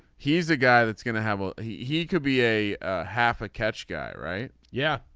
he's the guy that's gonna have. ah he he could be a half a catch guy right. yeah.